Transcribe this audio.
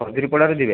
ଖଜୁରୀପଡ଼ାରୁ ଯିବେ